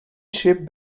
ship